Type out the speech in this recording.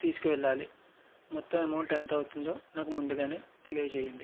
తీసుకు వెళ్ళాలి మొత్తం అమౌంట్ ఎంత అవుతుందో నాకు ముందుగా తెలియచేయండి